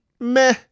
meh